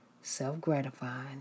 self-gratifying